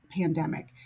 pandemic